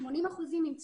יחד עם זאת,